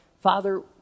Father